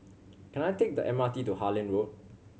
can I take the M R T to Harlyn Road